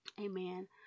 amen